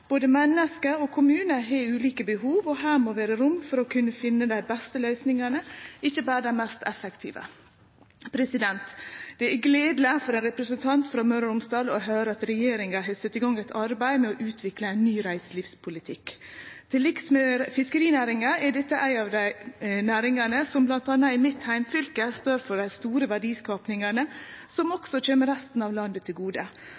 Både menneske og kommunar har ulike behov, og her må vere rom for å kunne finne dei beste løysingane, ikkje berre dei mest effektive. Det er gledeleg for ein representant frå Møre og Romsdal å høyre at regjeringa har sett i gang eit arbeid med å utvikle ein ny reiselivspolitikk. Til liks med fiskerinæringa er dette ei av dei næringane som bl.a. i mitt heimfylke står for den store verdiskapinga, som også kjem resten av landet til gode,